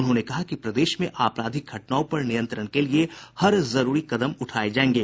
उन्होंने कहा कि प्रदेश में आपराधिक घटनाओं पर नियंत्रण के लिए हर जरूरी कदम उठाये जायेंगे